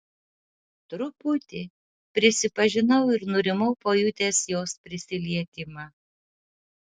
truputį prisipažinau ir nurimau pajutęs jos prisilietimą